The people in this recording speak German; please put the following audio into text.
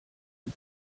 dem